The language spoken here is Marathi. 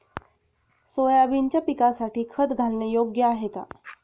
सोयाबीनच्या पिकासाठी खत घालणे योग्य आहे का?